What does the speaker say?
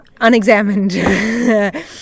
unexamined